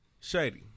Shady